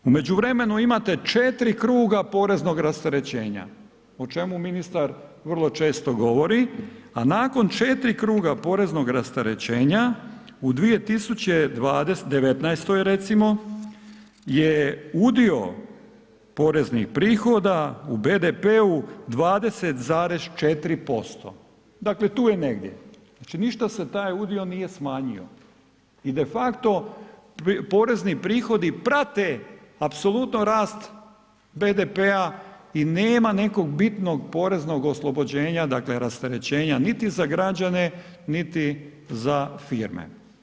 U međuvremenu imate četiri kruga poreznog rasterećenja o čemu ministar vrlo često govori, a nakon četiri kruga poreznog rasterećenja u 2019. recimo je udio poreznih prihoda u BDP-u 20,4% dakle tu je negdje, znači ništa se taj udio nije smanjio i de facto porezni prihodi prate apsolutno rast BDP-a i nema nekog bitnog poreznog oslobođenja, dakle rasterećenja niti za građane, niti za firme.